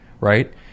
right